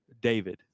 David